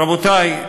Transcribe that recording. רבותי,